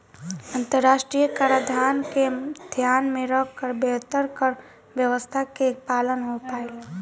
अंतरराष्ट्रीय कराधान के ध्यान में रखकर बेहतर कर व्यावस्था के पालन हो पाईल